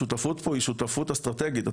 השותפות פה היא שותפות אסטרטגית,